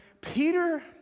Peter